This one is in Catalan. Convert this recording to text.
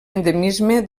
endemisme